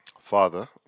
father